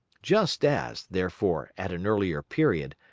just as, therefore, at an earlier period,